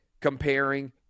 comparing